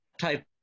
type